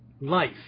life